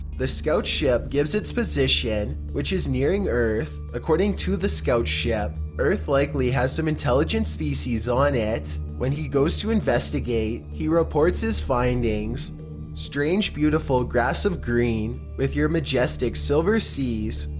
the scout ship gives its position, which is nearing earth. according to the scout ship, earth likely has some intelligent species on it. when he goes to investigate, he reports his findings strange beautiful grass of green, with your majestic silver seas,